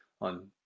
on